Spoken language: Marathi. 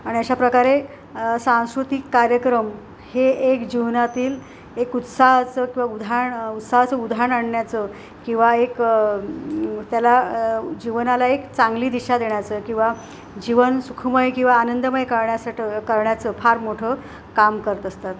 आणि अशा प्रकारे सांस्कृतिक कार्यक्रम हे एक जीवनातील एक उत्साहाचं किंवा उदाहरण उत्साहाचं उधाण आणण्याचं किंवा एक त्याला जीवनाला एक चांगली दिशा देण्याचं किंवा जीवन सुखमय किंवा आनंदमय करण्यासाठी करण्याचं फार मोठं काम करत असतात